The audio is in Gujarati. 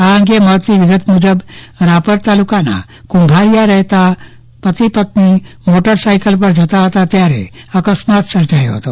આ અંગે મળતી વિગત મુજબ રાપર તાલુકાના કુંભારિયા રહેતા પતિ પત્ની મોટરસાઈકલ પર જતા હતા ત્યારે અકસ્માત સર્જાયો હતો